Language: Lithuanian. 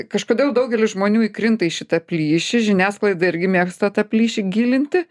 kažkodėl daugelis žmonių įkrinta į šitą plyšį žiniasklaida irgi mėgsta tą plyšį gilinti